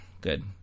good